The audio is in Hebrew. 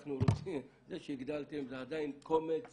זה שהגדלתם זה עדיין קומץ